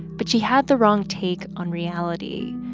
but she had the wrong take on reality.